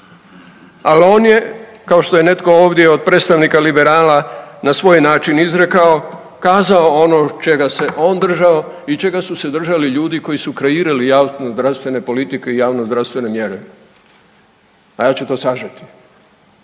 Al on je kao što je netko ovdje od predstavnika liberala na svoj način izrekao, kazao ono čega se on držao i čega su se držali ljudi koji su kreirali javnozdravstvene politike i javnozdravstvene mjere. A ja ću to sažeti.